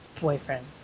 boyfriend